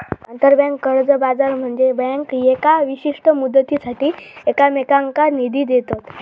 आंतरबँक कर्ज बाजार म्हनजे बँका येका विशिष्ट मुदतीसाठी एकमेकांनका निधी देतत